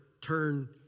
turn